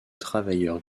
travailleurs